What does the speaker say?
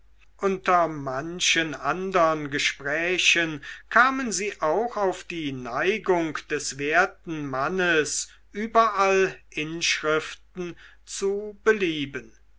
unter manchen andern gesprächen kamen sie auf die neigung des werten mannes überall inschriften zu belieben